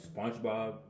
Spongebob